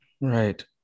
right